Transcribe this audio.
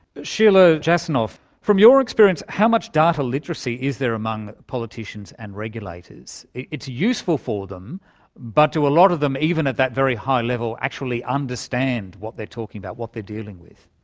sheila jasanoff, from your experience, how much data literacy is there among politicians and regulators? it's useful for them but do a lot of them, even at that very high level, actually understand what they're talking about, what they're dealing with?